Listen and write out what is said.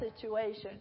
situation